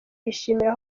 bishimira